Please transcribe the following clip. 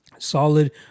Solid